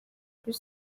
kuri